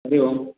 हरिः ओं